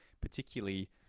particularly